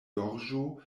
gorĝo